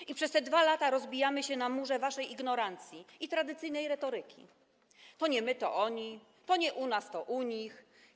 I przez te 2 lata rozbijamy się o mur waszej ignorancji i tradycyjnej retoryki: to nie my, to oni, to nie u nas, to u nich.